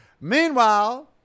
Meanwhile